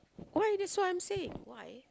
why this one say why